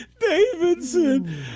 Davidson